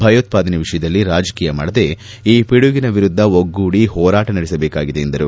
ಭಯೋತ್ವಾದನೆ ವಿಷಯದಲ್ಲಿ ರಾಜಕೀಯ ಮಾಡದೆ ಈ ಪಿಡುಗಿನ ವಿರುದ್ಧ ಒಗ್ಗೂಡಿ ಹೋರಾಟ ನಡೆಸಬೇಕಾಗಿದೆ ಎಂದರು